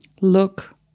Look